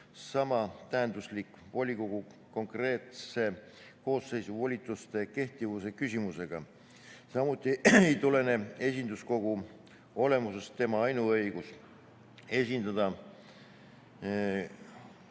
samatähenduslik volikogu konkreetse koosseisu volituste kehtivuse küsimusega, samuti ei tulene esinduskogu olemusest tema ainuõigus esindada